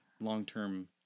long-term